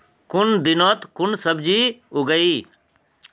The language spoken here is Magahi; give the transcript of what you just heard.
कुन दिनोत कुन सब्जी उगेई?